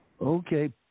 Okay